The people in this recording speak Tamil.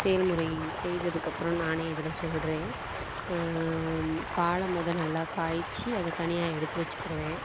செயல்முறை செய்ததுக்கு அப்புறம் நானே இதில் சொல்கிறேன் பாலை மொதல நல்லா காய்ச்சி அதை தனியாக எடுத்து வைச்சிக்கிருவேன்